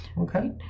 Okay